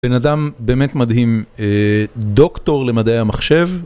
בן אדם באמת מדהים, דוקטור למדעי המחשב.